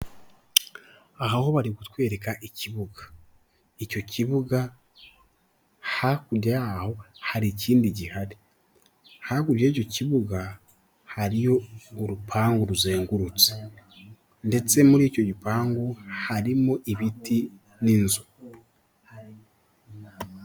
Aha ho bari kutwereka ikibuga. Icyo kibuga hakurya yaho hari ikindi gihari, hakurya y'icyo kibuga, hariyo urupangu ruzengurutse, ndetse muri icyo gipangu harimo ibiti n'inzu.